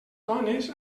dones